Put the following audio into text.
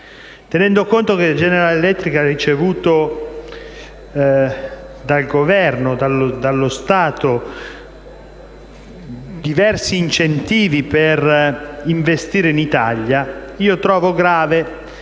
Tenendo conto che la General Electric ha ricevuto dallo Stato diversi incentivi per investire in Italia, trovo grave